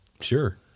Sure